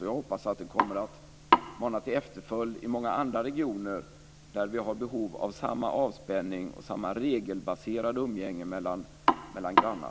Jag hoppas att det kommer att mana till efterföljd i många andra regioner där vi har behov av samma avspänning och samma regelbaserade umgänge mellan grannar.